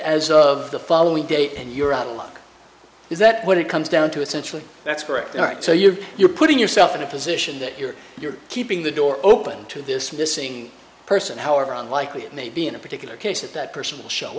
as of the following day and you're outta luck is that what it comes down to essentially that's correct all right so you're you're putting yourself in a position that you're you're keeping the door open to this missing person however unlikely it may be in a particular case if that person will show